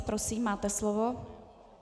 Prosím, máte slovo.